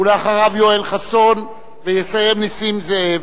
ואחריו, יואל חסון, ויסיים נסים זאב.